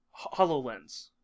HoloLens